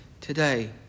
today